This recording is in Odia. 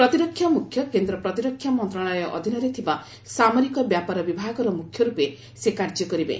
ପ୍ରତିରକ୍ଷା ମୁଖ୍ୟ କେନ୍ଦ୍ର ପ୍ରତିରକ୍ଷା ମନ୍ତ୍ରଣାଳୟ ଅଧୀନରେ ଥିବା ସାମରିକ ବ୍ୟାପାର ବିଭାଗର ମ୍ରଖ୍ୟ ରୂପେ କାର୍ଯ୍ୟ କରିବେ